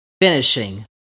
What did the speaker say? finishing